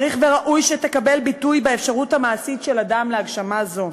צריך וראוי שתקבל ביטוי באפשרות המעשית של אדם להגשמה זו.